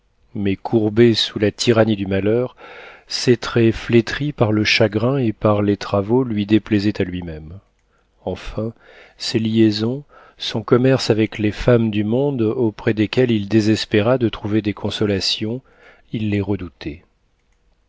mais courbé sous la tyrannie du malheur ses traits flétris par le chagrin et par les travaux lui déplaisaient à lui-même enfin ses liaisons son commerce avec les femmes du monde auprès desquelles il désespéra de trouver des consolations il les redoutait